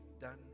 done